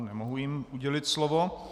Nemohu jim udělit slovo.